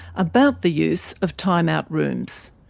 about the use of time-out rooms.